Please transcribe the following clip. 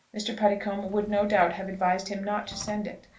mr. puddicombe would no doubt have advised him not to send it,